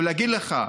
להגיד לך,